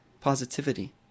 positivity